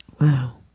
Wow